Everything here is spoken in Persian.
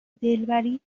دلبری